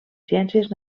ciències